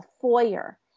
foyer